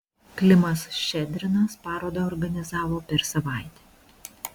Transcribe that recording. klimas ščedrinas parodą organizavo per savaitę